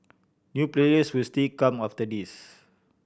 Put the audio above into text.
new players will still come after this